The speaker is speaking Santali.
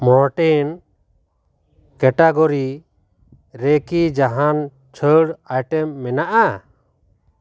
ᱢᱚᱨᱴᱤᱱ ᱠᱮᱴᱟᱜᱚᱨᱤ ᱨᱮᱠᱤ ᱡᱟᱦᱟᱱ ᱪᱷᱟᱹᱲ ᱟᱭᱴᱮᱢ ᱢᱮᱱᱟᱜᱼᱟ